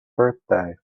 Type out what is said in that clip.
birthday